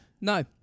No